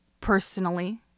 personally